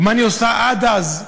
ומה אני עושה עד אז,